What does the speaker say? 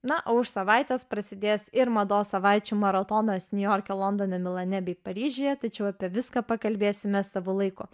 na o už savaitės prasidės ir mados savaičių maratonas niujorke londone milane bei paryžiuje tačiau apie viską pakalbėsime savo laiku